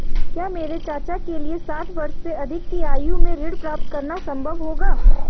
क्या मेरे चाचा के लिए साठ वर्ष से अधिक की आयु में ऋण प्राप्त करना संभव होगा?